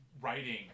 writing